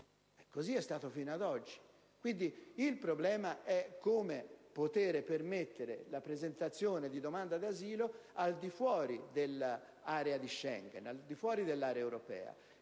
Così è stato fino ad oggi, quindi il problema è come poter permettere la presentazione di domanda d'asilo al di fuori dell'area di Schengen, quindi dell'area europea.